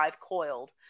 coiled